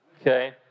okay